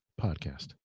podcast